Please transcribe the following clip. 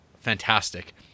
fantastic